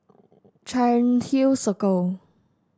Cairnhill Circle